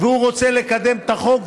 והוא רוצה לקדם את החוק,